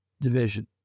division